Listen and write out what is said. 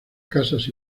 casas